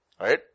Right